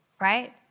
right